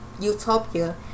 utopia